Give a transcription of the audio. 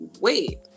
wait